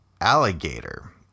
Alligator